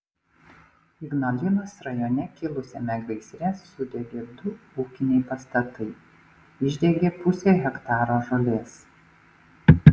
ignalinos rajone kilusiame gaisre sudegė du ūkiniai pastatai išdegė pusė hektaro žolės